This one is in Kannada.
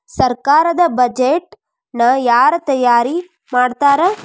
ಸರ್ಕಾರದ್ ಬಡ್ಜೆಟ್ ನ ಯಾರ್ ತಯಾರಿ ಮಾಡ್ತಾರ್?